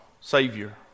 savior